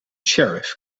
sheriff